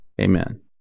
Amen